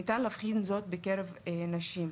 ניתן להבחין זאת בקרב נשים,